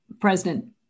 President